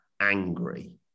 angry